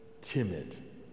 timid